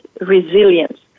resilience